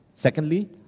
Secondly